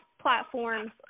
platforms